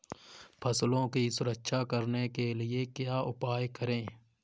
फसलों की सुरक्षा करने के लिए क्या उपाय करें?